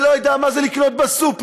ולא יודע מה זה לקנות בסופר,